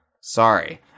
Sorry